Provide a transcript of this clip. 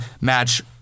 match